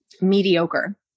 mediocre